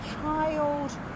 child